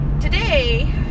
today